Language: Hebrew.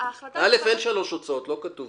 אין שלוש הצעות, לא כתוב ב-(א).